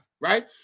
right